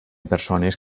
persones